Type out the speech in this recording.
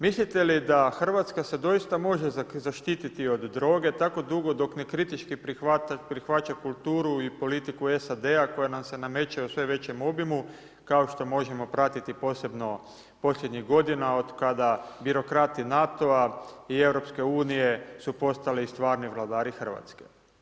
Mislite li da Hrvatska se doista može zaštiti od droge tako dugo dok ne kritički prihvaća kulturu i politiku SAD-a koja nam se nameće u sve većem obimu kao što možemo pratiti posljednjih godina otkada birokrati NATO-a i Europske unije su postali stvarni vladari Hrvatske.